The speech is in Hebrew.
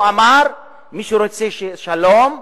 אומר: מי שרוצה שיהיה שלום,